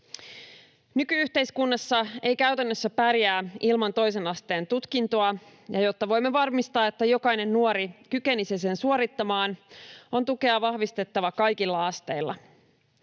Nyky-yhteiskunnassa ei käytännössä pärjää ilman toisen asteen tutkintoa, ja jotta voimme varmistaa, että jokainen nuori kykenisi sen suorittamaan, on tukea vahvistettava kaikilla asteilla.